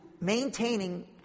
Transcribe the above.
maintaining